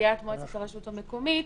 מליאת מועצת הרשות המקומית,